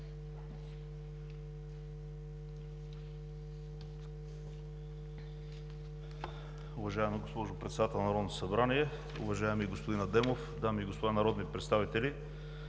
Уважаема госпожо Председател на Народното събрание, уважаема госпожо Нинова, уважаеми дами и господа народни представители!